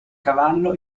cavallo